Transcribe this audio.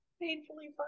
painfully